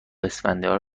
اسفندیار